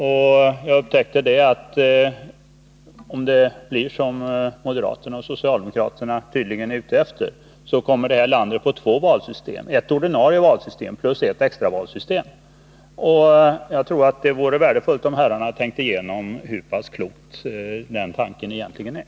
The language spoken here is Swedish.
Om det blir så som moderaterna och socialdemokraterna tydligen vill, kommer detta land att få två valsystem: ett system för ordinarie val och ett system för extra val. Jag tror att det vore värdefullt om herrarna tänkte igenom hur pass klok den tanken egentligen är.